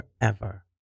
forever